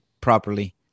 properly